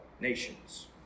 nations